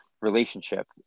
relationship